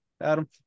Adam